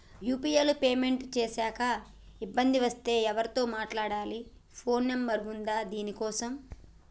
UPI లో payment చేశాక ఇబ్బంది వస్తే ఎవరితో మాట్లాడాలి? ఫోన్ నంబర్ ఉందా దీనికోసం?